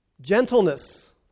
gentleness